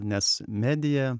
nes media